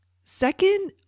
Second